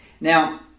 Now